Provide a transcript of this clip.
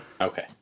okay